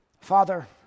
Father